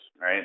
right